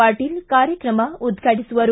ಪಾಟೀಲ ಕಾರ್ಯಕ್ರಮ ಉದ್ಘಾಟಿಸುವರು